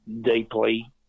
deeply